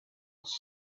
ask